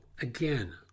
again